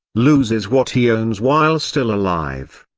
loses what he owns while still alive.